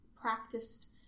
practiced